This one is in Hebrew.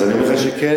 אז אני אומר לך שכן.